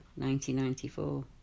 1994